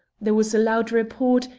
there was a loud report,